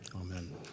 Amen